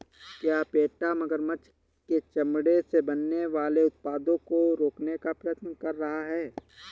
क्या पेटा मगरमच्छ के चमड़े से बनने वाले उत्पादों को रोकने का प्रयत्न कर रहा है?